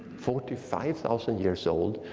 forty five thousand years old.